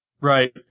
Right